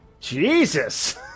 Jesus